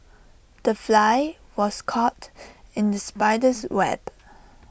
the fly was caught in the spider's web